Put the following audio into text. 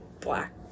black